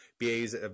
BA's